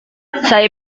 saya